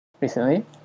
recently